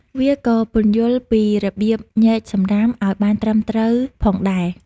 វាក៏ពន្យល់ពីរបៀបញែកសំរាមឱ្យបានត្រឹមត្រូវផងដែរ។